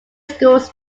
schools